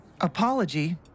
Apology